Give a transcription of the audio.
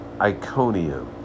Iconium